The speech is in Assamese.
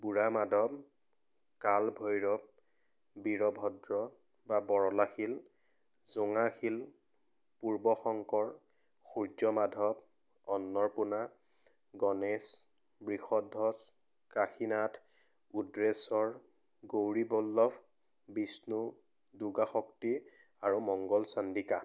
বুঢ়া মাধৱ কাল ভৈৰৱ বীৰভদ্ৰ বা বৰলাশিল জোঙাশিল পূৰ্বশংকৰ সূৰ্য মাধৱ অন্নৰপূণা গণেশ বৃষধচ কাশীনাথ উদ্ৰেশ্বৰ গৌৰীবল্লভ বিষ্ণু দুৰ্গাশক্তি আৰু মংগল চান্দিকা